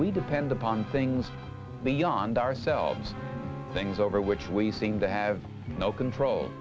we depend upon things beyond ourselves things over which we seem to have no control